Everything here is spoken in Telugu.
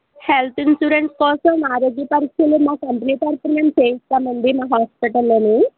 హెల్త్ ఇన్సూరెన్స్ కోసం ఆరోగ్య పరీక్షలు మా కంపెనీ తరపున మేము చెయ్యిస్తామండి మా హాస్పిటల్లోనే